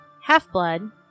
Half-blood